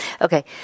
Okay